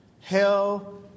Hell